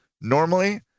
Normally